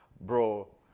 bro